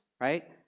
Right